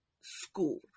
school